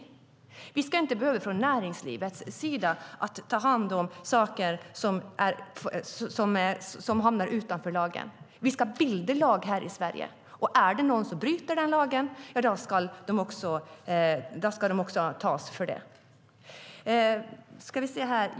Man ska inte från näringslivets sida behöva ta hand om saker som hamnar utanför lagen. Vi ska stifta lag här i Sverige, och är det några som bryter mot den lagen ska de tas för det.